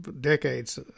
decades